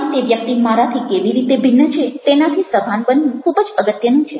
અને તે વ્યક્તિ મારાથી કેવી રીતે ભિન્ન છે તેનાથી સભાન બનવું ખૂબ જ અગત્યનું છે